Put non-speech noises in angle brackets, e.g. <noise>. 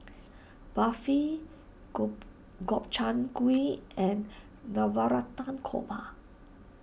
Barfi <unintelligible> Gobchang Gui and Navratan Korma